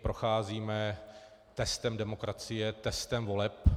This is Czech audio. Procházíme testem demokracie, testem voleb.